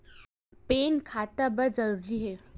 Pan खाता बर जरूरी हे?